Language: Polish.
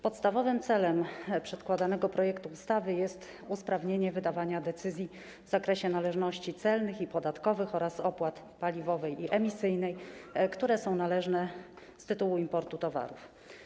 Podstawowym celem przedkładanego projektu ustawy jest usprawnienie wydawania decyzji w zakresie należności celnych i podatkowych oraz opłat paliwowej i emisyjnej, które są należne z tytułu importu towarów.